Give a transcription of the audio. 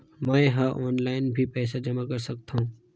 मैं ह ऑनलाइन भी पइसा जमा कर सकथौं?